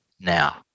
now